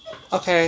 okay